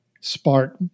spark